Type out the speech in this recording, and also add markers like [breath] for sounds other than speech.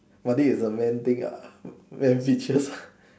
but this is a man thing uh man features [breath]